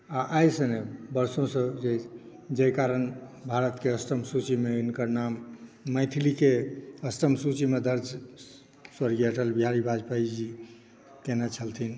आओर आइसँ नहि वर्षोसँ जाहि कारण भारतके अष्टम सूचिमे हिनकर नाम मैथिलीके अष्टम सूचिमे दर्ज स्वर्गीय अटल बिहारी वाजपेयी जी कयने छलथिन